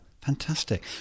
fantastic